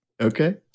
Okay